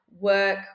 work